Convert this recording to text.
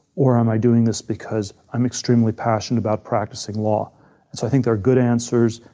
or am i doing this because i'm extremely passionate about practicing law? so i think there are good answers,